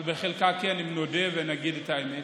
אבל בחלקה כן, אם נודה ונגיד את האמת.